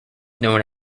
known